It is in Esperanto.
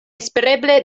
espereble